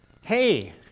Hey